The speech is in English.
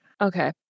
Okay